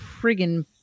friggin